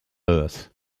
earth